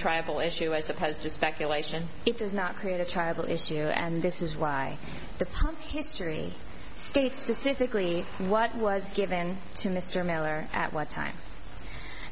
tribal issue as opposed to speculation it does not create a tribal issue and this is why the policy history stated specifically what was given to mr miller at one time